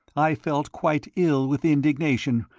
i felt quite ill with indignation.